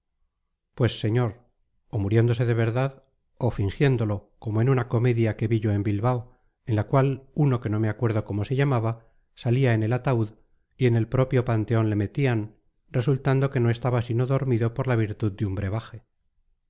pues señor o muriéndose de verdad o fingiéndolo como en una comedia que vi yo en bilbao en la cual uno que no me acuerdo cómo se llamaba salía en el ataúd y en el propio panteón le metían resultando que no estaba sino dormido por la virtud de un brebaje